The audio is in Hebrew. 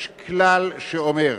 יש כלל שאומר: